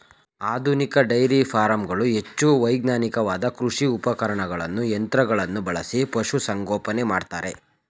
ಆಧುನಿಕ ಡೈರಿ ಫಾರಂಗಳು ಹೆಚ್ಚು ವೈಜ್ಞಾನಿಕವಾದ ಕೃಷಿ ಉಪಕರಣಗಳನ್ನು ಯಂತ್ರಗಳನ್ನು ಬಳಸಿ ಪಶುಸಂಗೋಪನೆ ಮಾಡ್ತರೆ